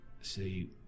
see